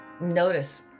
notice